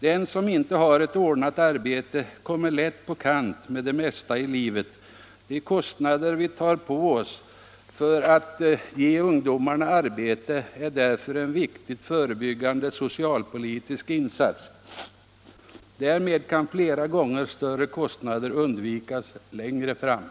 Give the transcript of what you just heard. Den som inte har ett ordnat arbete kommer lätt på kant med det mesta i livet. De kostnader som vi tar på oss för att ge ungdomarna arbete är därför en viktig förebyggande socialpolitisk insats. Därmed kan flera gånger större kostnad undvikas längre fram.